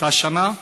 באותה שנה.